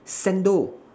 sandal